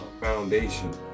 foundation